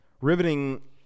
Riveting